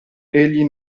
egli